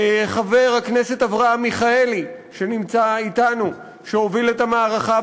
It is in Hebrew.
חבר הכנסת אברהם מיכאלי שנמצא אתנו שהוביל את המערכה